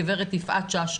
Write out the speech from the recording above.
גב' יפעת שאשא,